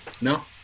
No